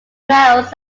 males